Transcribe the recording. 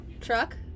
truck